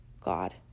God